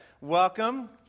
welcome